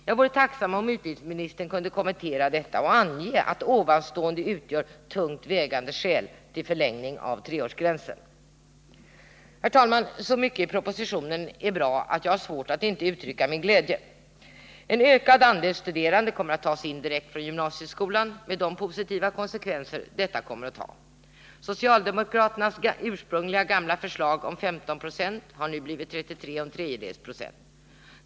Jag vore tacksam om utbildningsministern kunde kommen tera detta och ange att det jag nu anfört utgör tungt vägande skäl till förlängning av treårsgränsen. Herr talman! Så mycket i propositionen är bra att jag har svårt att inte uttrycka min glädje. En ökad andel studerande kommer att tas in direkt från gymnasieskolan, med de positiva konsekvenser detta kommer att ha. Socialdemokraternas ursprungliga förslag om 15 96 har nu blivit 33 1/3 96.